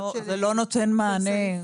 זה לא נותן מענה.